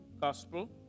Gospel